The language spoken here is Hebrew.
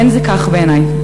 אין זה כך בעיני.